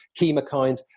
chemokines